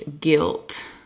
guilt